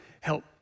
help